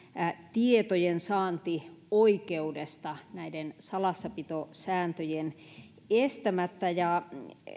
tietojensaantioikeudesta näiden salassapitosääntöjen estämättä ja